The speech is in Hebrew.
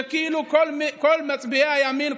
שכאילו כל מצביעי הימין,